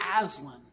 Aslan